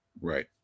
Right